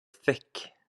thick